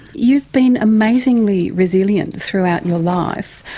you've been amazingly resilient throughout your life.